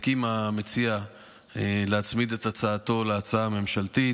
הסכים המציע להצמיד את הצעתו להצעה הממשלתית,